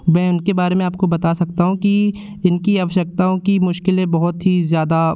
मैं उनके बारे में आपको बता सकता हूँ कि इनकी आवश्यकताओं की मुश्किलें बहुत ही ज़्यादा